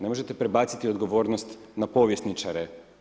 Ne možete prebaciti odgovornost na povjesničare.